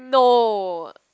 no